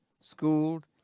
schooled